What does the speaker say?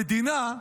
המדינה,